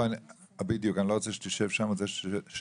בדיוק, אני רוצה שתשב קדימה,